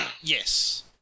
Yes